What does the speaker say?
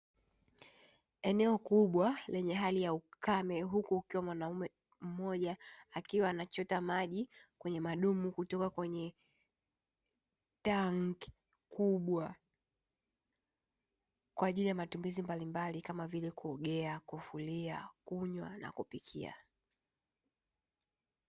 Eneo kubwa lenye hali ya ukame huku akiwa mwanaume mmoja akiwa anachota maji kwenye madumu kutoka kwenye tangi kubwa kwa ajili ya matumizi mbalimbali kama vile: kuogea, kufulia, kunywa na kupikia.